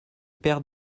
père